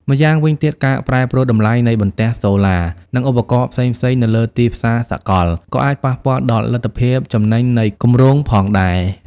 ម្យ៉ាងវិញទៀត ការប្រែប្រួលតម្លៃនៃបន្ទះសូឡា និងឧបករណ៍ផ្សេងៗនៅលើទីផ្សារសកល ក៏អាចប៉ះពាល់ដល់លទ្ធភាពចំណេញនៃគម្រោងផងដែរ។